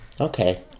Okay